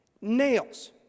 Nails